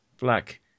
Black